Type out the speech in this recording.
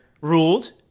ruled